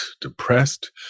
Depressed